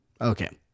Okay